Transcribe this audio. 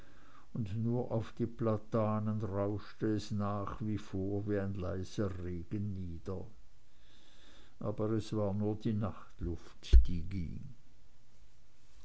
und nur auf die platanen rauschte es nach wie vor wie leiser regen nieder aber es war nur die nachtluft